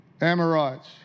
Amorites